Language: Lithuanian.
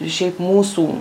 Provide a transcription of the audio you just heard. šiaip mūsų